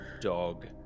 Dog